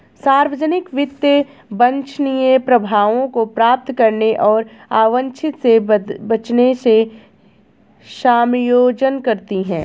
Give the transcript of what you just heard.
सार्वजनिक वित्त वांछनीय प्रभावों को प्राप्त करने और अवांछित से बचने से समायोजन करती है